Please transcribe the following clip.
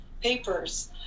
papers